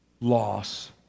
loss